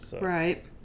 Right